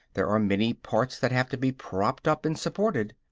there are many parts that have to be propped up and supported.